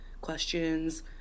questions